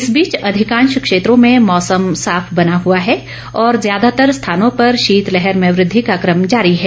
इस बीच अधिकांश क्षेत्रों में मौसम साफ बना हुआ है और ज्यादातर स्थानों पर शीत लहर में वृद्धि का कम जारी है